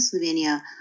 Slovenia